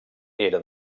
era